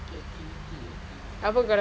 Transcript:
activity eh activity